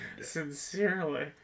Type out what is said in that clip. Sincerely